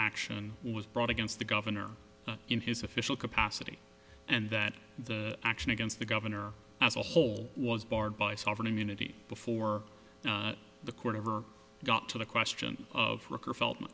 action was brought against the governor in his official capacity and that the action against the governor as a whole was barred by sovereign immunity before the court ever got to the question of rooker felt